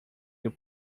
your